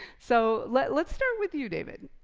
so let's let's start with you, david.